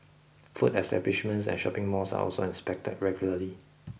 food establishments and shopping malls are also inspected regularly